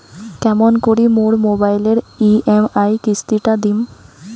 কেমন করি মোর মোবাইলের ই.এম.আই কিস্তি টা দিম?